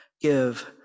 give